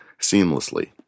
seamlessly